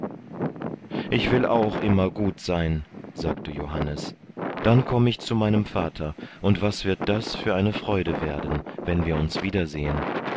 ich will auch immer gut sein sagte johannes dann komme ich zu meinem vater und was wird das für eine freude werden wenn wir uns wiedersehen